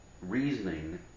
reasoning